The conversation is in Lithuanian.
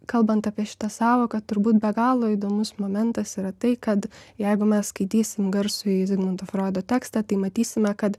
kalbant apie šitą sąvoką turbūt be galo įdomus momentas yra tai kad jeigu mes skaitysim garsųjį zigmundo froido tekstą tai matysime kad